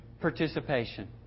participation